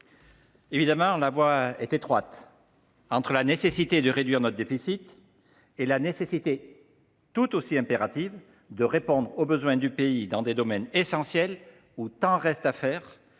Évidemment, la voie est étroite entre la nécessité de réduire notre déficit et celle tout aussi impérative de répondre aux besoins du pays dans des domaines essentiels où tant reste à faire